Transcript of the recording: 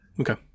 Okay